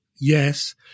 yes